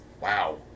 Wow